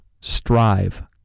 Strive